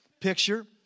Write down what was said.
picture